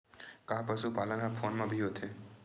का पशुपालन ह फोन म भी होथे?